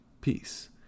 peace